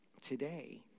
today